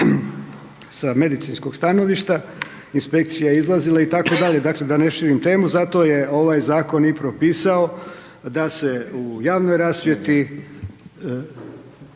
sa medicinskog stanovišta, inspekcija je izlazila itd., dakle, da ne širim temu, zato je ovaj Zakon i propisao da se u javnoj rasvjeti